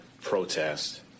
protest